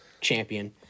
champion